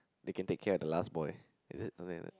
we can take care at the last boy is it something like that